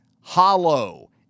hollow